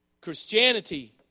Christianity